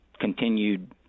continued